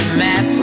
map